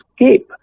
escape